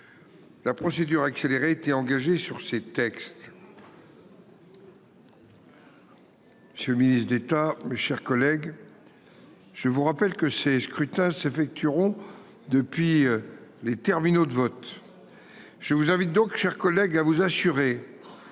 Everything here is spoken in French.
La procédure accélérée a été engagée sur ces textes.